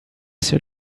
seu